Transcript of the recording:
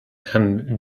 herrn